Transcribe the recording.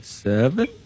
Seven